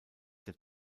der